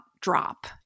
drop